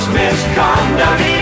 misconduct